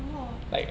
orh